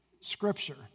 Scripture